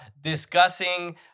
discussing